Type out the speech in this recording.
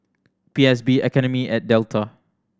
P S B Academy at Delta